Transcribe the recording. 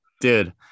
dude